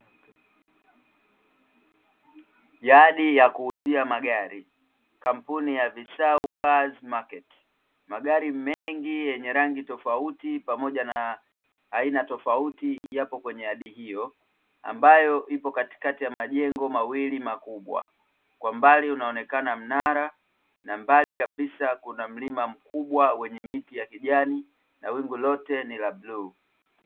Yadi ya kuuzia magari kampuni ya Visau cars market, magari mengi yenye rangi tofauti pamoja na aina tofauti yapo kwenye yadi hiyo, ambayo ipo katikati ya majengo mawili makubwa, kwa mbali unaonekana mnara na mbali kabisa kuna mlima mkubwa wenye miti ya kijani na wingu lote ni la bluu.